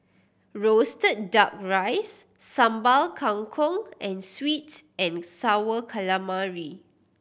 roasted Duck Rice Sambal Kangkong and sweet and Sour Calamari